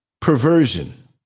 Perversion